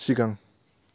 सिगां